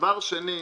דבר שני,